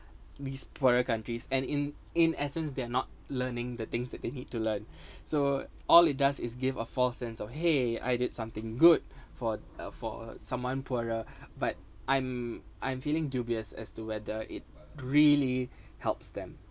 these poorer countries and in in essence they're not learning the things that they need to learn so all it does is give a false sense of !hey! I did something good for uh for uh someone poorer but I'm I'm feeling dubious as to whether it really helps them